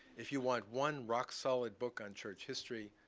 if you want one rock solid book on church history,